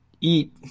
eat